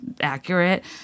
accurate